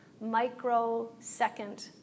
microsecond